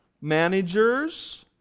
managers